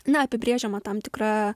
na apibrėžiama tam tikra